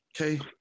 Okay